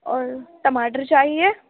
اور ٹماٹر چاہیے